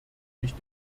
mich